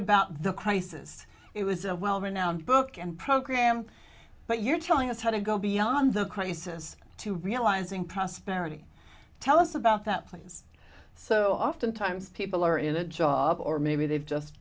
about the crisis it was a well renowned book and program but you're telling us how to go beyond the crisis to realizing prosperity tell us about that please so oftentimes people are in a job or maybe they've just